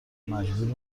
مجبور